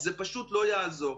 זה פשוט לא יעזור,